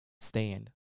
stand